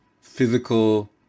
physical